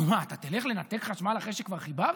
נו, מה, אתה תלך לנתק חשמל אחרי שכבר חיברת?